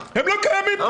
הם לא קיימים.